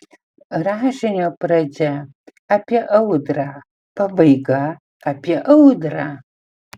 rašinio pradžia apie audrą pabaiga apie audrą